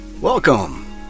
Welcome